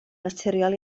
naturiol